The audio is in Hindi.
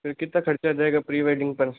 फिर कितना खर्चा जायेगा प्री वेडिंग पर